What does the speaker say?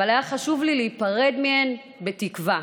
אבל היה חשוב לי להיפרד מהן בתקווה.